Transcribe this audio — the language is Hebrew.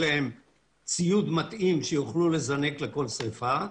להם ציוד מתאים שיאפשר להם לזנק לכל שריפה.